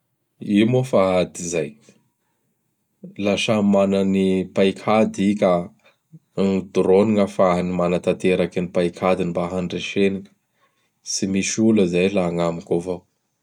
I moa fa ady zay. Laha samy mana ny paik'ady i ka gn drôny gn' ahafahany manantanteraky gny paik'adiny mba handreseny. Tsy misy ola zay laha agnamiko avao.